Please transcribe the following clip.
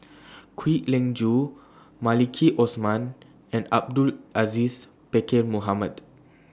Kwek Leng Joo Maliki Osman and Abdul Aziz Pakkeer Mohamed